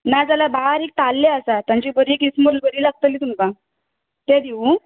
ना जाल्यार बारीक तारल्लें आसात तांची बरीं किसमूर बरीं लागतली तुमकां तें दिवू